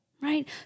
Right